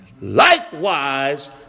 Likewise